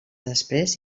després